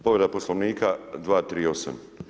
Povreda Poslovnika 238.